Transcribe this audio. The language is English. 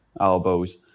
elbows